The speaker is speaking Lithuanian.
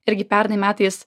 irgi pernai metais